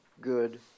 good